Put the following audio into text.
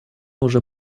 уже